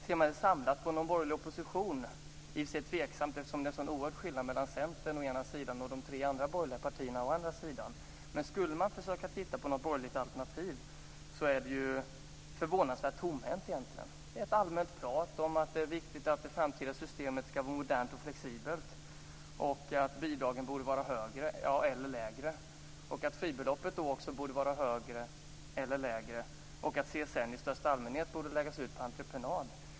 Ser man till den samlade borgerliga oppositionen blir det tveksamt eftersom det är en oerhörd skillnad mellan Centern å ena sidan och de tre andra borgerliga partierna å andra sidan. Men skulle man försöka titta på ett borgerligt alternativ finner man att de borgerliga egentligen är förvånansvärt tomhänta. Det är ett allmänt prat om att det är viktigt att det framtida systemet är modernt och flexibelt, och bidragen borde vara högre eller lägre. Fribeloppet borde också vara högre eller lägre, och CSN borde i största allmänhet läggas ut på entreprenad.